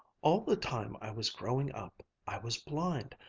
all the time i was growing up, i was blind,